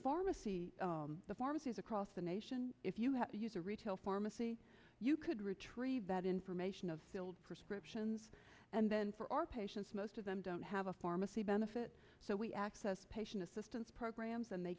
pharmacy the pharmacies across the nation if you had to use a retail pharmacy you could retrieve that information of prescriptions and then for our patients most of them don't have a pharmacy benefit so we access patient assistance programs and they